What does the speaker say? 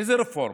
איזו רפורמה?